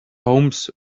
homes